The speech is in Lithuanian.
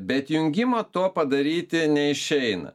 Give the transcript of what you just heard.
be atjungimo to padaryti neišeina